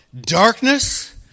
darkness